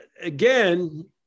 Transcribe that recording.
again